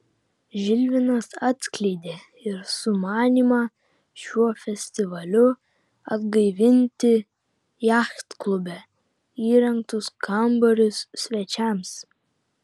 žilvinas atskleidė ir sumanymą šiuo festivaliu atgaivinti jachtklube įrengtus kambarius svečiams